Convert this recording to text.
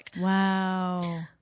wow